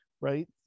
right